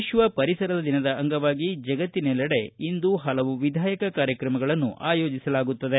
ವಿಶ್ವ ಪರಿಸರ ದಿನದ ಅಂಗವಾಗಿ ಜಗತ್ತಿನೆಲ್ಲೆಡೆ ಇಂದು ಹಲವು ವಿಧಾಯಕ ಕಾರ್ಯಕ್ರಮಗಳನ್ನು ಆಯೋಜಿಸಲಾಗುತ್ತದೆ